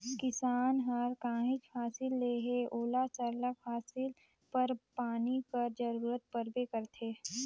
किसान हर काहींच फसिल लेहे ओला सरलग फसिल बर पानी कर जरूरत परबे करथे